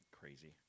Crazy